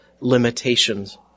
limitations